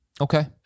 Okay